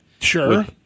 Sure